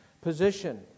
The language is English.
position